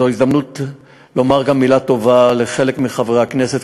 זו הזדמנות לומר גם מילה טובה לחלק מחברי הכנסת,